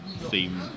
Theme